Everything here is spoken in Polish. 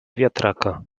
wiatraka